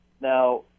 Now